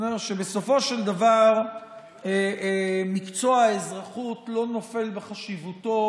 אני אומר שבסופו של דבר מקצוע האזרחות לא נופל בחשיבותו